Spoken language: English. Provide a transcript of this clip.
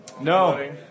No